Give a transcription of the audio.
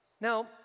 Now